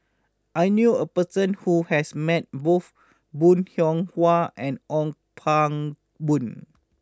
I knew a person who has met both Bong Hiong Hwa and Ong Pang Boon